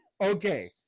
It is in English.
Okay